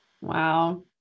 wow